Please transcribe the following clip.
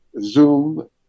Zoom